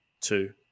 two